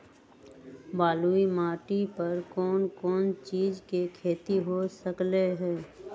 बलुई माटी पर कोन कोन चीज के खेती हो सकलई ह?